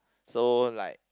so like